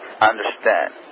understand